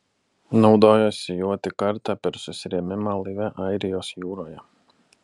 naudojosi juo tik kartą per susirėmimą laive airijos jūroje